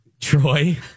Troy